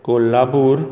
Kolhapur